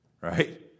right